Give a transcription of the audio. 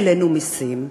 העלינו מסים,